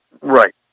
Right